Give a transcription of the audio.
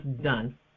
done